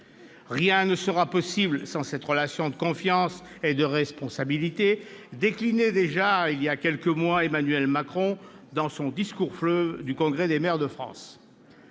Rien ne sera possible sans cette relation de confiance et de responsabilité » déclinait il y a déjà quelques mois Emmanuel Macron dans son discours-fleuve du congrès de l'Association